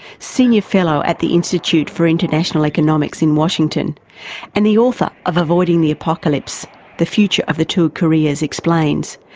senior fellow at the institute for international economics in washington and the author of avoiding the apocalypse the future of the two koreas, explains,